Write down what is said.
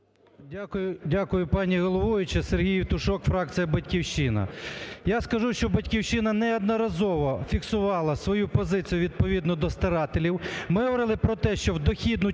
Дякую, пані головуюча. Сергій Євтушок, фракція "Батьківщина". Я скажу, що "Батьківщина" неодноразово фіксувала свою позицію відповідно до старателів. Ми говорили про те, що в дохідну